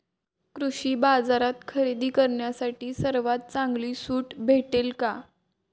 कृषी बाजारात खरेदी करण्यासाठी सर्वात चांगली सूट भेटेल का?